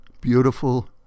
beautiful